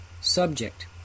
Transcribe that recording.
subject